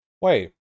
Wait